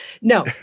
No